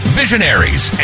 visionaries